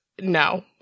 no